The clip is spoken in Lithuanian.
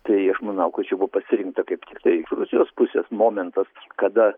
tai aš manau kad čia buvo pasirinkta kaip tik tai iš rusijos pusės momentas kada